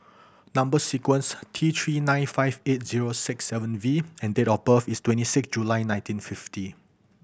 number sequence T Three nine five eight zero six seven V and date of birth is twenty six July nineteen fifty